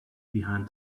behind